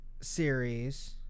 series